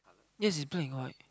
yes it's black and white